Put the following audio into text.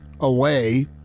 away